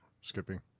Skipping